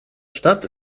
stadt